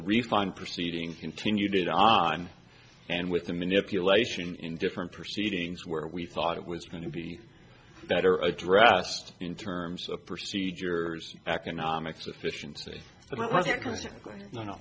refund proceedings continued on and with the manipulation in different proceedings where we thought it was going to be better addressed in terms of procedures economic sufficien